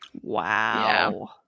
Wow